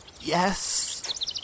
Yes